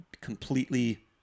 completely